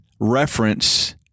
reference